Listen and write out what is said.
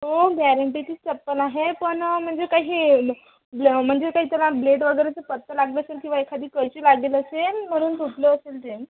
हो गॅरेंटीचीच चप्पल आहे पण म्हणजे काय हे ब्ल म्हणजे काय त्याला ब्लेड वगैरेचा पत्रा लागला असेल किंवा एखादी कैची लागेल असेन म्हणून तुटलं असेल ते